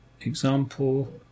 Example